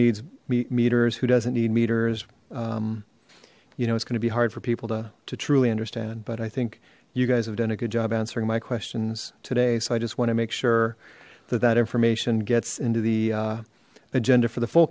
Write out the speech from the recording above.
needs meters who doesn't need meters you know it's going to be hard for people to to truly understand but i think you guys have done a good job answering my questions today so i just want to make sure that that information gets into the agenda for the full